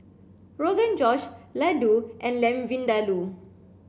Rogan Josh Ladoo and Lamb Vindaloo